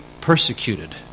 persecuted